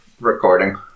recording